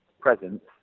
presence